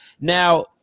Now